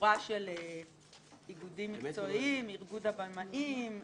שורה של איגודים מקצועיים: ארגון הבמאים,